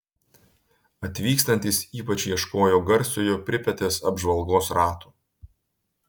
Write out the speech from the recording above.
atvykstantys ypač ieškojo garsiojo pripetės apžvalgos rato